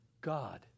God